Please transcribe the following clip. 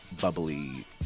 bubbly